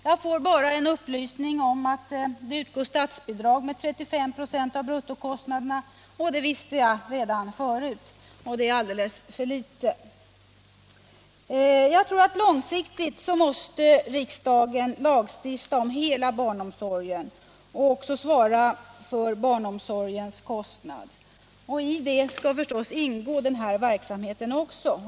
Jag får bara en upplysning om att det utgår statsbidrag med 35 96 av bruttokostnaderna; det visste jag redan förut, och det är alldeles för litet. Långsiktigt måste riksdagen, tror jag, lagstifta om hela barnomsorgen och också svara för barnomsorgens kostnad. Däri skall förstås även den här verksamheten ingå.